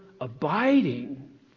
abiding